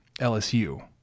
LSU